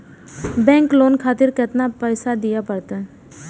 Bank loan खातीर केतना पैसा दीये परतें?